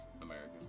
American